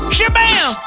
Shabam